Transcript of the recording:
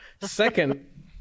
Second